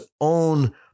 own